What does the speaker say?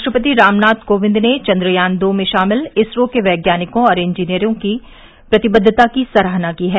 राष्ट्रपति रामनाथ कोविंद ने चंद्रयान दो में शामिल इसरो के वैज्ञानिकों और इंजीनियरों की प्रतिबद्वता की सराहना की है